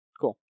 Cool